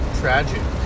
tragic